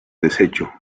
deshecho